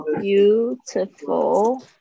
beautiful